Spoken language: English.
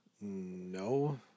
No